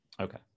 Okay